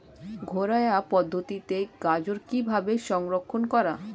ঘরোয়া পদ্ধতিতে গাজর কিভাবে সংরক্ষণ করা?